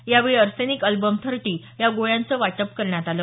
यावेळी arsenic album या गोळ्यांचं वाटप करण्यात आलं